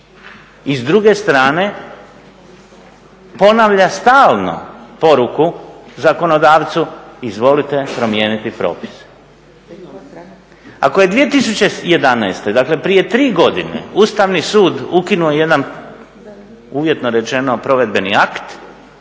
I s druge strane ponavlja stalno poruku zakonodavcu izvolite promijeniti propise. Ako je 2011., dakle prije tri godine Ustavni sud ukinuo jedan uvjetno rečeno provedbeni akt